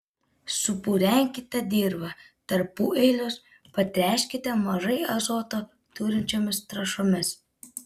supurenkite dirvą tarpueilius patręškite mažai azoto turinčiomis trąšomis